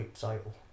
title